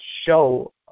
show